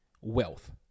wealth